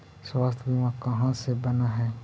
स्वास्थ्य बीमा कहा से बना है?